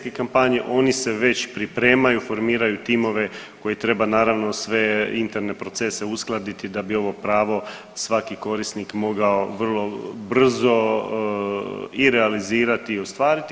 kampanje, oni se već pripremaju, formiraju timove koji treba naravno sve interne procese uskladiti da bi ovo pravo svaki korisnik mogao vrlo brzo i realizirati i ostvariti.